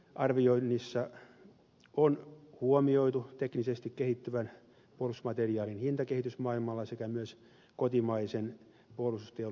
arvioinnissa on huomioitu teknisesti kehittyvän puolustusmateriaalin hintakehitys maailmalla sekä myös kotimaisen puolustusteollisuuden merkitys